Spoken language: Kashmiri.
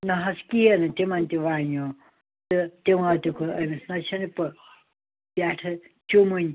نَہ حظ کِہیٖنۍ نہٕ تِمن تہِ وَنیٚوو تہٕ تِمو تہِ کوٚر أمس نَہ چھَنہٕ پٮ۪ٹھہٕ چُمٕنۍ